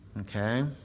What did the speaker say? Okay